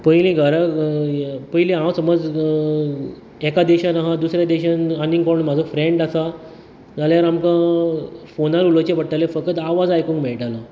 पयली घराक अ हे पयली हांव समज अ एका दिशेन हांव दुसऱ्या देशान आनींग कोण म्हजो फ्रेन्ड आसा जाल्यार आमकां अ फोनार उलोवचे पडटालें फकत आवाज आयकुंक मेळटालो